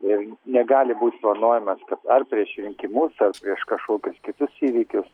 ir negali būti planuojamas kad ar prieš rinkimus prieš kažkokius kitus įvykius